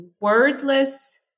wordless